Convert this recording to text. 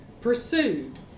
pursued